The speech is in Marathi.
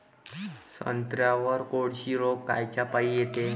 संत्र्यावर कोळशी रोग कायच्यापाई येते?